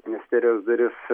ministerijos duris